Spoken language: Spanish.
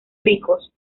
ricos